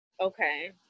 Okay